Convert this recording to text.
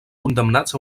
condemnats